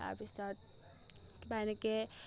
তাৰপিছত কিবা এনেকৈ